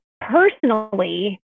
personally